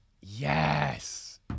Yes